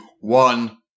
one